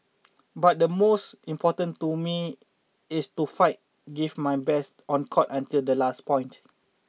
but the most important to me it's to fight give my best on court until the last point